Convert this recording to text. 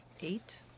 eight